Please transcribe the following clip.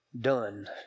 done